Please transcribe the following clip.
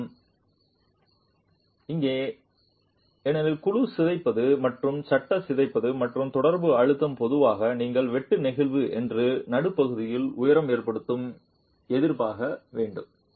எனினும் இங்கே ஏனெனில் குழு சிதைப்பது மற்றும் சட்ட சிதைப்பது மற்றும் தொடர்பு அழுத்தம் பொதுவாக நீங்கள் வெட்டு நெகிழ் என்று நடுப்பகுதியில் உயரம் ஏற்படும் எதிர்பார்க்க வேண்டும்